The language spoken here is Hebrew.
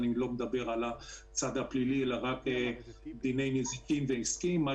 מבחינת דיני נזיקין ותביעות עסקיות.